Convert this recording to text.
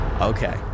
Okay